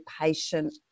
patient